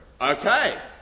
Okay